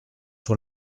sur